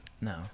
No